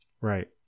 Right